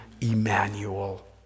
Emmanuel